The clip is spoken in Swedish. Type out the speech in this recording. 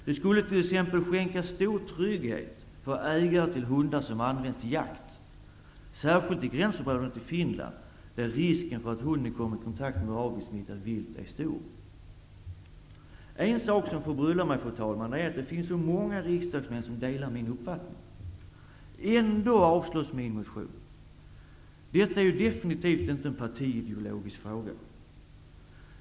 Det skulle till exempel skänka stor trygghet för ägare till hundar som används till jakt, särskilt i gränsområdena till Finland, där risken för att hunden kommer i kontakt med rabiessmittat vilt är stor. En sak som förbryllar mig, fru talman, är att min motion ändå avstyrks fastän det finns så många riksdagsmän som delar min uppfattning. Detta är ju absolut inte en partiideologisk fråga.